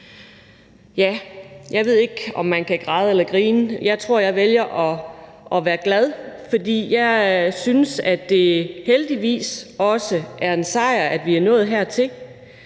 jeg ved ikke, om man skal græde eller grine; jeg tror, at jeg vælger at være glad, for jeg synes, at det heldigvis også er en sejr, at vi er nået hertil.